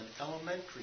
elementary